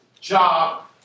job